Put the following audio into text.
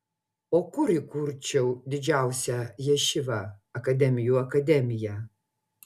o kur įkurčiau didžiausią ješivą akademijų akademiją